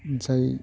जाय